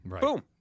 Boom